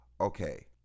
okay